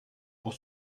pour